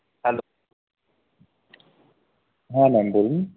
hello হ্যাঁ ma'am বলুন